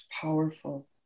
powerful